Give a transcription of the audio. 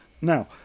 Now